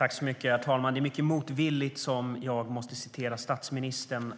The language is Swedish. Herr talman! Det är mycket motvilligt som jag måste citera statsministern